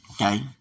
Okay